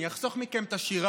אני אחסוך מכם את השירה,